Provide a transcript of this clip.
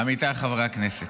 עמיתיי חברי הכנסת,